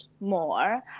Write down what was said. more